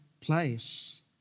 place